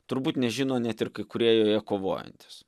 turbūt nežino net ir kai kurie joje kovojantys